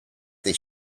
this